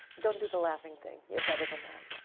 don't do the laughing thing, you're better than that.